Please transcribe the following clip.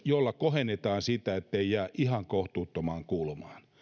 jolla kohennetaan sitä ettei jää ihan kohtuuttomaan kulmaan